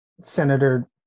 senator